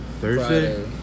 Thursday